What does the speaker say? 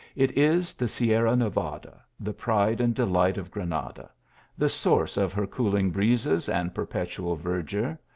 it is the sierra nevada, the pride and delight of granada the source of her cooling breezes and perpetual verdure,